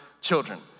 children